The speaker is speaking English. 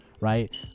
Right